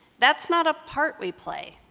that's not a part we play.